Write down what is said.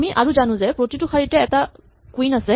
আমি আৰু জানো যে প্ৰতিটো শাৰীতে মাত্ৰ এটা কুইন আছে